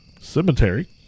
cemetery